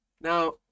Now